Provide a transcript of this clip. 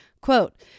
Quote